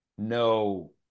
no